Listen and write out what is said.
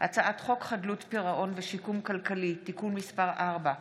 הצעת חוק חדלות פירעון ושיקום כלכלי (תיקון מס' 4,